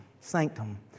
sanctum